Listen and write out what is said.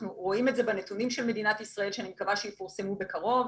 אנחנו רואים את זה בנתונים של מדינת ישראל שאני מקווה שיפורסמו בקרוב.